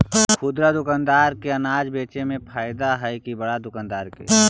खुदरा दुकानदार के अनाज बेचे में फायदा हैं कि बड़ा दुकानदार के?